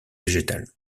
végétales